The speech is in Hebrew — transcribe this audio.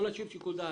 לא נשאיר שיקול דעת.